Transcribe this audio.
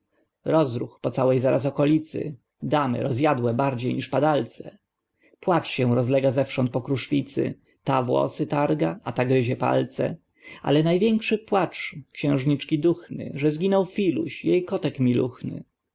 rozruch po całej zaraz okolicy damy rozjadłe bardziej niż padalce płacz się rozlega zewsząd po kruszwicy ta włosy targa a ta gryzie palce ale największy płacz xiężniczki duchny że zginął filuś jej kotek